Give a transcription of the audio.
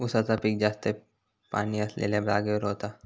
उसाचा पिक जास्त पाणी असलेल्या जागेवर होता